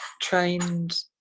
trained